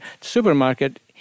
supermarket